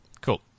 Cool